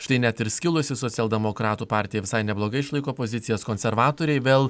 štai net ir skilusi socialdemokratų partija visai neblogai išlaiko pozicijas konservatoriai vėl